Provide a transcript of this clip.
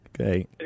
Okay